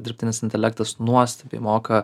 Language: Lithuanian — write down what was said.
dirbtinis intelektas nuostabiai moka